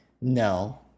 No